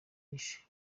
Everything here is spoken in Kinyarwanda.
wishe